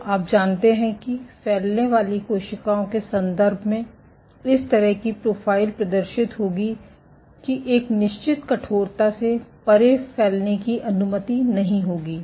तो आप जानते हैं कि फैलने वाली कोशिकाओं के संदर्भ में इस तरह की प्रोफ़ाइल प्रदर्शित होगी कि एक निश्चित कठोरता से परे फैलने की अनुमति नहीं होगी